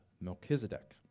Melchizedek